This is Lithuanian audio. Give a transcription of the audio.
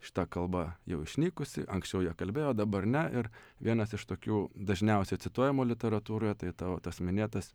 šita kalba jau išnykusi anksčiau ja kalbėjo dabar ne ir vienas iš tokių dažniausia cituojamų literatūroje tai tavo tas minėtas